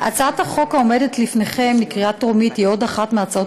הצעת החוק העומדת לפניכם לקריאה טרומית היא עוד אחת מהצעות